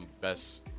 best